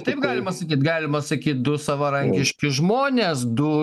taip galima sakyt galima sakyt du savarankiški žmonės